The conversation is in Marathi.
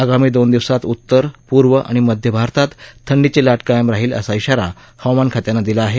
आगामी दोन दिवसात उत्तर पूर्व आणि मध्य भारतात थंडीची लाट कायम राहील असा इशारा हवामान खात्यानं दिला आहे